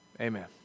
Amen